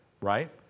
right